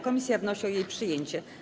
Komisja wnosi o jej przyjęcie.